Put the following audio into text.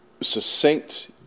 succinct